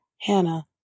Hannah